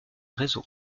réseau